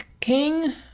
King